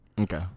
Okay